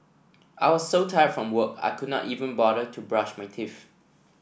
I was so tired from work I could not even bother to brush my teeth